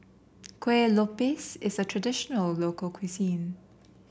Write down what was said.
Kuih Lopes is a traditional local cuisine